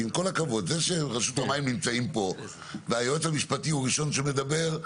זה שרשות המים נמצאים פה והיועץ המשפטי הוא הראשון שמדבר,